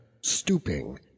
stooping